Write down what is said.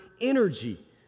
energy